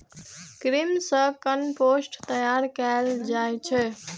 कृमि सं कंपोस्ट तैयार कैल जाइ छै